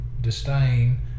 disdain